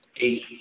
Eight